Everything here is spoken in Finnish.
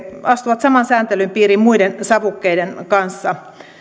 astuvat saman sääntelyn piiriin muiden savukkeiden kanssa